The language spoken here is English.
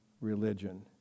religion